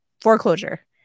foreclosure